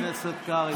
חבר הכנסת קרעי,